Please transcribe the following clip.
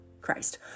Christ